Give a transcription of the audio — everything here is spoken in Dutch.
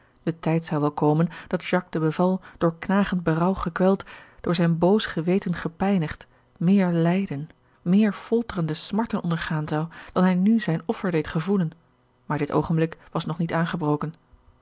de tijd zou wel komen dat jacques de beval door knagend berouw gekweld door zijn boos geweten gepijnigd meer lijden meer folterende smarten ondergaan zou dan hij nu zijn offer deed gevoelen maar dit oogenblik was nog niet aangebroken